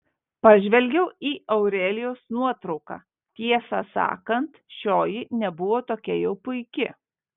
pažvelgiau į aurelijos nuotrauką tiesą sakant šioji nebuvo tokia jau puiki